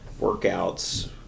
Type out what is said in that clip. workouts